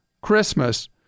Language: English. Christmas